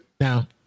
now